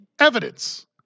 Evidence